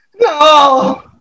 No